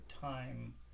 time